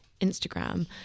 Instagram